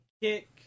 kick